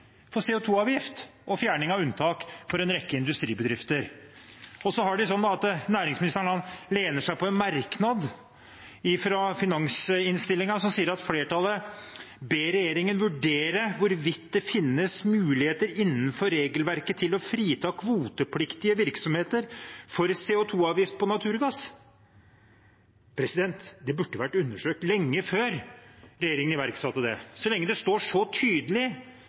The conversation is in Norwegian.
2 -avgift og fjerning av unntak for en rekke industribedrifter. Næringsministeren lener seg på en merknad fra finansinnstillingen, som sier: «Flertallet ber regjeringen vurdere hvorvidt det finnes muligheter innenfor regelverket til å frita kvotepliktige virksomheter for CO 2 -avgift på naturgass mv.» Det burde vært undersøkt lenge før regjeringen iverksatte det, så lenge det står så tydelig